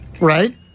Right